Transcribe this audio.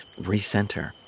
recenter